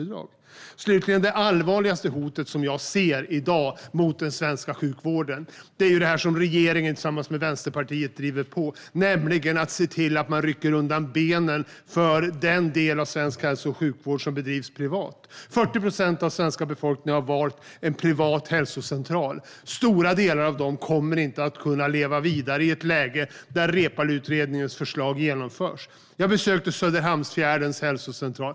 Det allvarligaste hotet jag ser i dag mot den svenska sjukvården är vad regeringen tillsammans med Vänsterpartiet driver på, nämligen att rycka undan benen för den delen av svensk hälso och sjukvård som bedrivs privat. 40 procent av den svenska befolkningen har valt en privat hälsocentral. Stora delar av dem kommer inte att kunna leva vidare i ett läge där Reepaluutredningens förslag genomförs. Jag har besökt Söderhamnsfjärdens Hälsocentral.